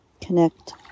connect